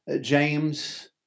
James